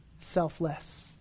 selfless